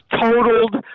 totaled